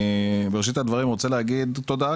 אני בראשית הדברים רוצה להגיד תודה,